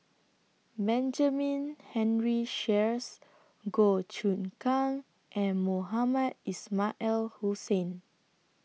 Benjamin Henry Sheares Goh Choon Kang and Mohamed Ismail Hussain